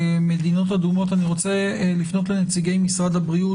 למדינות אדומות אני רוצה לפנות לנציגי משרד הבריאות,